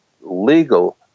legal